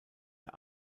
der